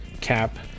Cap